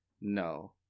No